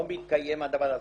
לא מתקיים הדבר הזה.